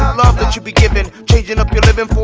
love that you be givin' changing up your livin'